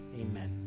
amen